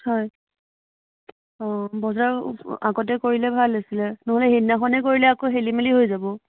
হয় অ' বজাৰ আগতে কৰিলে ভাল আছিলে নহ'লে সেইদিনাখনে কৰিলে আকৌ খেলিমেলি হৈ যাব